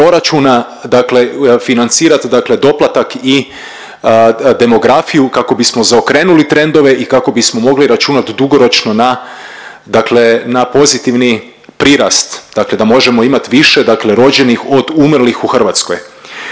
proračuna, dakle financirati, dakle doplatak i demografiju kako bismo zaokrenuli trendove i kako bismo mogli računati dugoročno na, dakle na pozitivni prirast, dakle da možemo imati više, dakle rođenih od umrlih u Hrvatskoj.